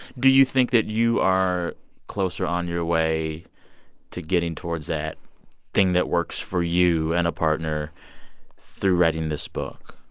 do you think that you are closer on your way to getting towards that thing that works for you and a partner through writing this book?